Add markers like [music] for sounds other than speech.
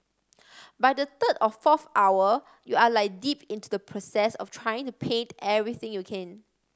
[noise] by the third or fourth hour you are like deep into the process of trying to paint everything you can